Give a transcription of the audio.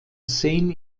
seine